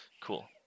Cool